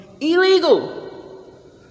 illegal